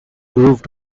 groove